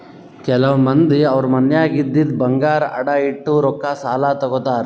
ಕೆಲವ್ ಮಂದಿ ಅವ್ರ್ ಮನ್ಯಾಗ್ ಇದ್ದಿದ್ ಬಂಗಾರ್ ಅಡ ಇಟ್ಟು ರೊಕ್ಕಾ ಸಾಲ ತಗೋತಾರ್